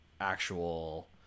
actual